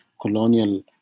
colonial